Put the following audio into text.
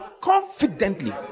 confidently